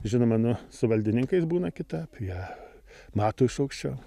žinoma nu su valdininkais būna kitap jie mato is aukščiau